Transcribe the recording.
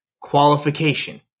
qualification